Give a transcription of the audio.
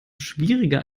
schwieriger